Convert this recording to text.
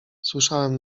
słyszałem